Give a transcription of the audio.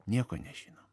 nieko nežinom